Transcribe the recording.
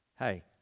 Hey